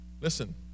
Listen